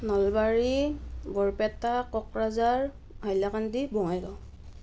Nalbari Barpeta Kokrajhar Hailakandi Bongaigaon